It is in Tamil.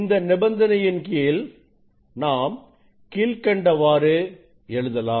இந்த நிபந்தனையின் கீழ் நாம் கீழ்க்கண்டவாறு எழுதலாம்